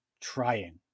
trying